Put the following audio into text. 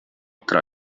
tra